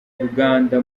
uruganda